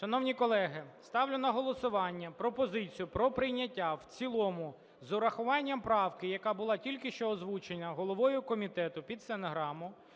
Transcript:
Шановні колеги, ставлю на голосування пропозицію про прийняття в цілому з урахуванням правки, яка була тільки що озвучена головою комітету під стенограму,